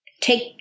take